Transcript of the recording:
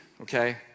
Okay